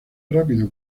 rápido